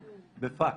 בפקס.